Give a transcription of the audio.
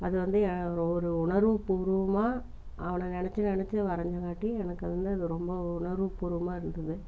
அது வந்து ஒரு உணர்வுப்பூர்வமாக அவனை நினச்சி நினச்சி நான் வரைஞ்சங்காட்டி எனக்கு அது வந்து அது ரொம்ப உணர்வுப்பூர்வமாக இருந்தது